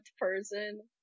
person